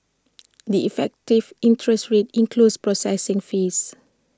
the effective interest rate includes processing fees